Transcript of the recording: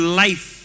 life